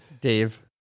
Dave